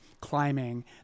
climbing